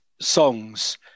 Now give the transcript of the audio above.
songs